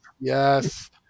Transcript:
Yes